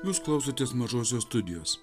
jūs klausotės mažosios studijos